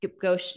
go